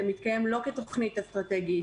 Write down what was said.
זה מתקיים לא כתוכנית אסטרטגית,